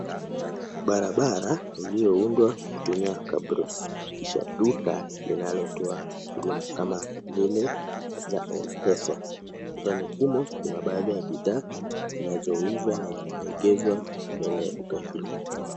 Barabara iliyoundwa kutumia cabross , kisha duka linalotoa huduma kama vile za M-Pesa. Ndani humo kuna baadhi ya bidhaa zinazouzwa na zimeegezwa mbele ya duka hilo.